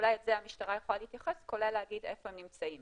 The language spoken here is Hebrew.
אולי לזה המשטרה יכולה להתייחס כולל להגיד איפה הם נמצאים